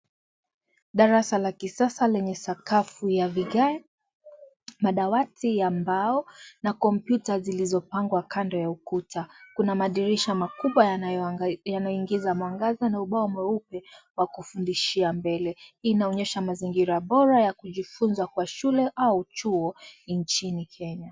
Darasa la kisasa lenye sakafu la vigae, madawati ya mbao, na kompyuta zilizopangwa kando ya ukuta, kuna madirisha makubwa yanayo ang, yanayoingiza mwangaza na ubao mweupe, wa kufundishi mbele, hii inaonyesha mazingira bora ya kujifunza kwa shule, au chuo, nchini Kenya.